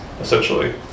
essentially